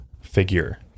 figure